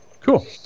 Cool